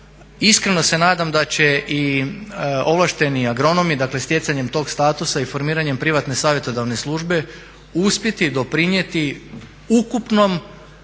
iskreno se nadam da će i ovlašteni agronomi, dakle stjecanjem tog statusa i formiranjem privatne savjetodavne službe uspjeti doprinijeti ukupnom